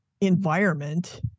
environment